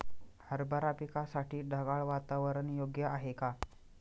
हरभरा पिकासाठी ढगाळ वातावरण योग्य आहे का?